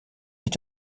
est